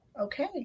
okay